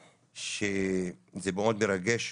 זה מאוד מרגש.